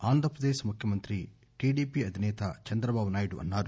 ఆంధ్రప్రదేశ్ ముఖ్యమంత్రి టిడిపి అధినేత చంద్రబాబు నాయుడు అన్సారు